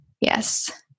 Yes